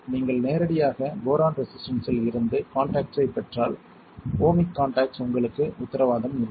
நீங்கள் நேரடியாக போரான் ரெசிஸ்டன்ஸ்ஸில் இருந்து காண்டாக்ட்ஸ்ஸைப் பெற்றால் ஓமிக் காண்டாக்ட்ஸ் உங்களுக்கு உத்தரவாதம் இல்லை